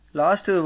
last